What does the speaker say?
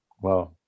Wow